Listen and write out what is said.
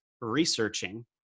researching